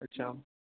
अच्छा